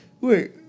Wait